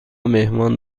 مهمان